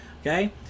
okay